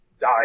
die